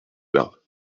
bains